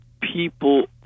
people